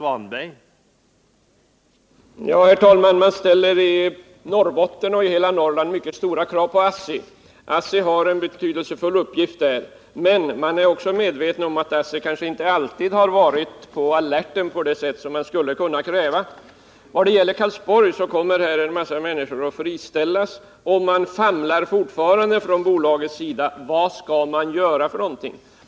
Herr talman! Man ställer i Norrbotten och hela Norrland mycket stora krav på ASSI. ASSI har en betydelsefull uppgift där. Men man är också medveten om att ASSI kanske inte alltid varit på alerten på det sätt som skulle kunna krävas. I Karlsborg kommer en massa människor att friställas, och bolaget vet ännu inte vad man skall göra — man står famlande.